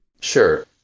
Sure